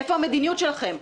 איפה המדיניות שלכם?